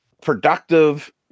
productive